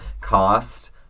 cost